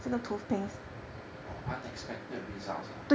oh unexpected results ah